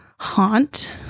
Haunt